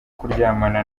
kuryamana